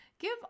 Give